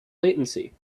latency